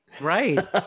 Right